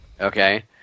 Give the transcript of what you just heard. Okay